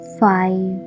five